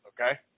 Okay